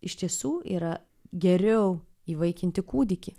iš tiesų yra geriau įvaikinti kūdikį